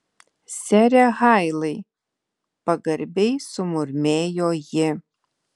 sere hailai pagarbiai sumurmėjo ji